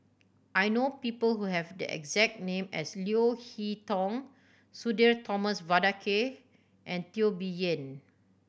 I know people who have the exact name as Leo Hee Tong Sudhir Thomas Vadaketh and Teo Bee Yen